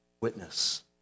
witness